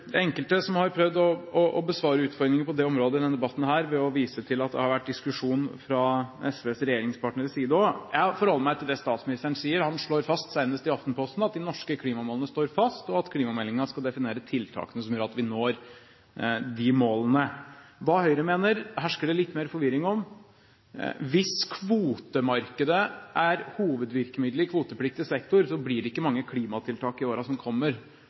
enkelte som har prøvd å besvare utfordringene på dette området i denne debatten ved å vise til at det har vært diskusjon fra SVs regjeringspartneres side også. Jeg forholder meg til det statsministeren sier. Han slår fast senest i Aftenposten at de norske klimamålene står fast, og at klimameldingen skal definere tiltakene som gjør at vi når de målene. Hva Høyre mener, hersker det litt mer forvirring om. Hvis kvotemarkedet er hovedvirkemiddelet i kvotepliktig sektor, blir det ikke mange klimatiltak i årene som kommer.